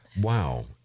Wow